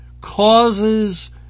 causes